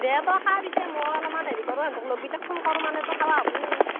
দে তই খা পিছে মই অলমান হেৰি কৰোঁ ইহঁতক লগ কেইটাক ফোন কৰোঁ মানে তৰ খাওৱা হ'বো